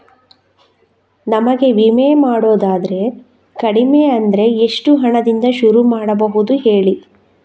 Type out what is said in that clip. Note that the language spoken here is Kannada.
ನಮಗೆ ವಿಮೆ ಮಾಡೋದಾದ್ರೆ ಕಡಿಮೆ ಅಂದ್ರೆ ಎಷ್ಟು ಹಣದಿಂದ ಶುರು ಮಾಡಬಹುದು ಹೇಳಿ